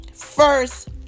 First